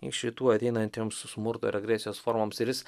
iš rytų ateinantiems smurto ir agresijos formoms ir jis